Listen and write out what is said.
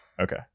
Okay